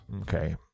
Okay